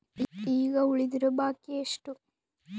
ಈಗ ಉಳಿದಿರೋ ಬಾಕಿ ಎಷ್ಟು?